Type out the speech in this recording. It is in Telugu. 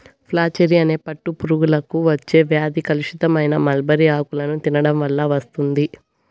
ఫ్లాచెరీ అనే పట్టు పురుగులకు వచ్చే వ్యాధి కలుషితమైన మల్బరీ ఆకులను తినడం వల్ల వస్తుంది